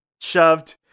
shoved